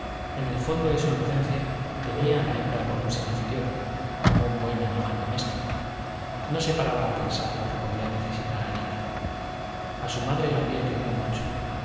en el fondo de su conciencia tenía a la hembra por un ser inferior como un buen animal doméstico no se paraba a pensar lo que podía necesitar anita a su madre la había querido mucho